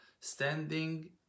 standing